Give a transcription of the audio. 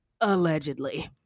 allegedly